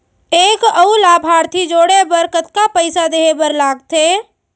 एक अऊ लाभार्थी जोड़े बर कतका पइसा देहे बर लागथे?